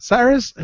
Cyrus